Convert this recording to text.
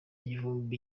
igihugu